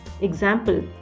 example